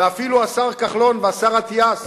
ואפילו השר כחלון והשר אטיאס,